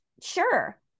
sure